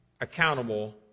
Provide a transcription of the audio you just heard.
accountable